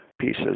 pieces